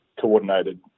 coordinated